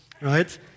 right